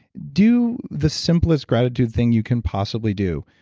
do the simplest gratitude thing you can possibly do,